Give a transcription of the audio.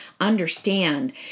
understand